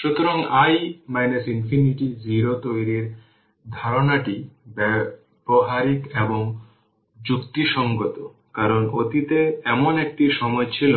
সুতরাং i infinity 0 তৈরির ধারণাটি ব্যবহারিক এবং যুক্তিসঙ্গত কারণ অতীতে এমন একটি সময় ছিল